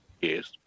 Yes